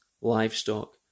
livestock